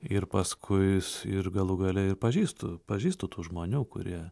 ir paskui jis ir galų gale ir pažįstu pažįstu tų žmonių kurie